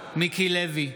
מיקי לוי,